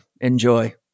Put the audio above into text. Enjoy